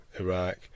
Iraq